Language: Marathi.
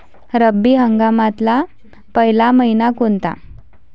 रब्बी हंगामातला पयला मइना कोनता?